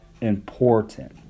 important